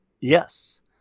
Yes